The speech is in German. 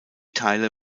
teile